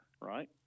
right